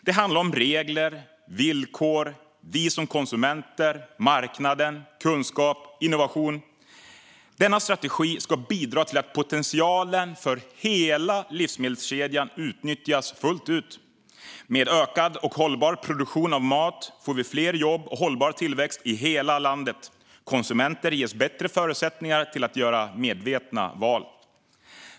Det handlar om regler, villkor, oss som konsumenter, marknaden, kunskap och innovation. Denna strategi ska bidra till att potentialen för hela livsmedelskedjan utnyttjas fullt ut. Med ökad och hållbar produktion av mat får vi fler jobb och hållbar tillväxt i hela landet. Konsumenter ges bättre förutsättningar att göra medvetna val.